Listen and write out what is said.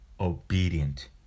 obedient